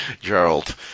Gerald